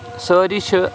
سٲری چھِ